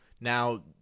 Now